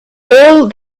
all